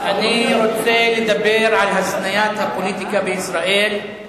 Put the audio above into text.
אני רוצה לדבר על הזניית הפוליטיקה בישראל,